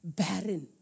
barren